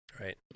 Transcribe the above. Right